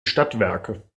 stadtwerke